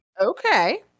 Okay